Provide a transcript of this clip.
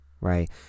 right